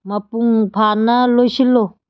ꯃꯄꯨꯡ ꯐꯥꯅ ꯂꯣꯏꯁꯤꯜꯂꯨ